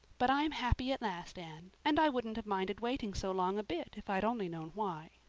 but i'm happy at last, anne. and i wouldn't have minded waiting so long a bit if i'd only known why.